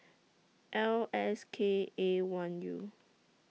L S K A one U